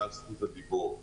על זכות הדיבור.